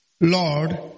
Lord